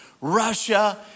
Russia